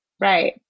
right